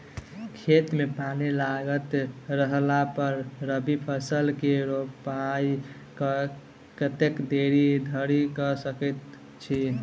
खेत मे पानि लागल रहला पर रबी फसल केँ रोपाइ कतेक देरी धरि कऽ सकै छी?